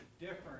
different